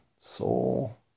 Soul